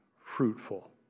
fruitful